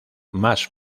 más